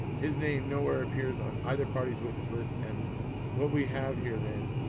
his name nowhere appears on either party's witness list and what we have here then,